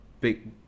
big